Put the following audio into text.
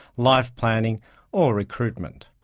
life planning or recruitment.